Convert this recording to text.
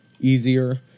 easier